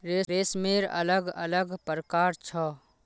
रेशमेर अलग अलग प्रकार छ